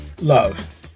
Love